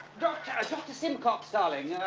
dr. simcox darling.